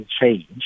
change